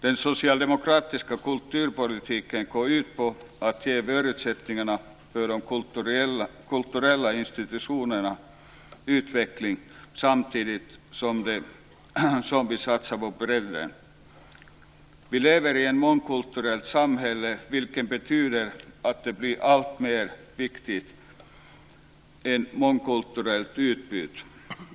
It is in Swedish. Den socialdemokratiska kulturpolitiken går ut på att ge förutsättningar för de kulturella institutionernas utveckling; detta samtidigt som vi satsar på bredden. Vi lever i ett mångkulturellt samhälle, vilket betyder att det blir allt viktigare med ett mångkulturellt utbud.